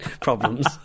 problems